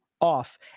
off